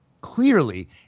clearly